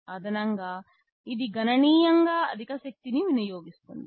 అదనంగా ఇది గణనీయంగా అధిక శక్తిని వినియోగిస్తుంది